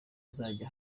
azajya